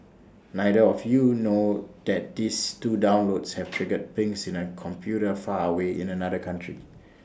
neither of you know that these two downloads have triggered pings in A computer far away in another country